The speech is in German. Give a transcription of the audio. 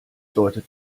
deutet